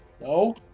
No